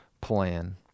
plan